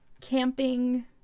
camping